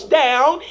down